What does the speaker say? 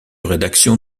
rédaction